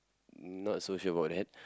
not so sure about that